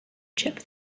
chip